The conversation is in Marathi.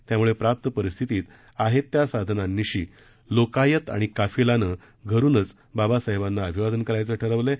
त्यामुळे प्राप्त परिस्थितीत आहेत त्या साधनांनिशी लोकायत आणि काफ़िला नं घरुनच बाबासाहेबांना अभिवादन करायचं ठरवलंय